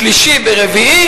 ביום שלישי וביום רביעי,